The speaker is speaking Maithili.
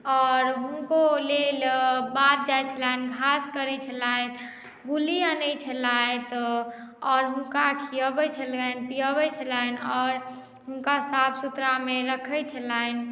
आओर हुनको लेल बाध जाइ छलनि घास करय छलैथ गुली अनै छलैथ आओर हुनका खियाबै छलनि पियाबै छलनि आओर हुनका साफ़ सुथरा मे रखैय छलनि